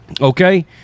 Okay